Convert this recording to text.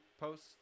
post